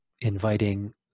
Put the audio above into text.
inviting